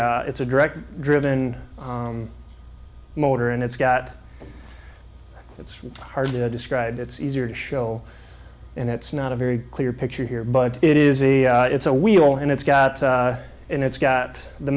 a it's a direct driven motor and it's got it's hard to describe it's easier to show and it's not a very clear picture here but it is a it's a wheel and it's got in it's got the